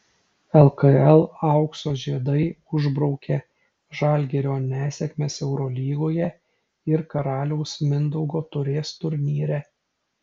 lkl aukso žiedai užbraukė žalgirio nesėkmes eurolygoje ir karaliaus mindaugo taurės turnyre